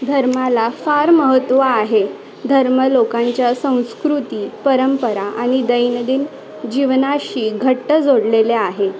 धर्माला फार महत्त्व आहे धर्म लोकांच्या संस्कृती परंपरा आणि दैनंदिन जीवनाशी घट्ट जोडलेले आहे